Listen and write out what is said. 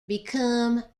become